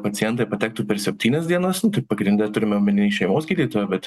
pacientai patektų per septynias dienas nu tai pagrinde turime omeny šeimos gydytoją bet